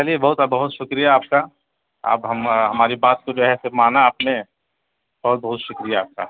چلیے بہت بہت شکریہ آپ کا آپ ہم ہماری بات کو جو ہے مانا آپ نے بہت بہت شکریہ آپ کا